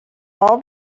all